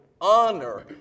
honor